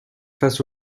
face